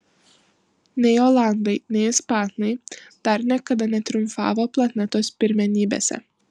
nei olandai nei ispanai dar niekada netriumfavo planetos pirmenybėse